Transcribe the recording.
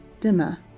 dimmer